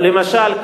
למשל,